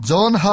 John